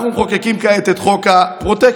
אנחנו מחוקקים כעת את חוק הפרוטקשן,